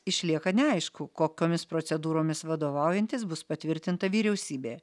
išlieka neaišku kokiomis procedūromis vadovaujantis bus patvirtinta vyriausybė